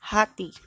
Hati